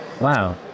Wow